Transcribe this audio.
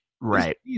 Right